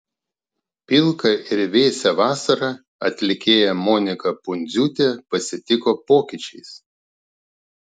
pilką ir vėsią vasarą atlikėja monika pundziūtė pasitiko pokyčiais